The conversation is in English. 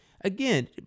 again